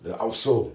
the out sole